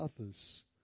others